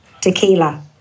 Tequila